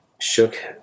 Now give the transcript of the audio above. shook